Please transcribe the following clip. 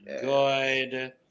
good